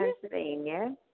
Pennsylvania